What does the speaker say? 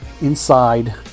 Inside